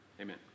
Amen